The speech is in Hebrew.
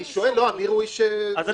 אני כן